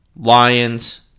Lions